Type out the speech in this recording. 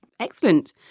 Excellent